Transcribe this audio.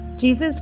Jesus